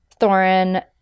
Thorin